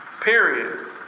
Period